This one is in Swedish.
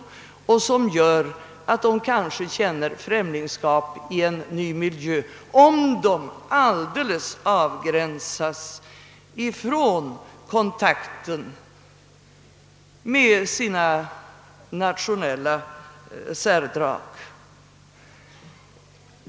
Om invandrarna alldeles avgränsas från kontakten med sin nations särdrag, känner de kanske främlingskap i en ny miljö.